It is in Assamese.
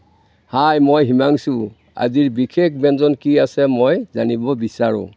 হাই মই হিমাংশু আজিৰ বিশেষ ব্যঞ্জন কি আছে মই জানিব বিচাৰোঁ